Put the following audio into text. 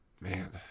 Man